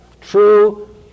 true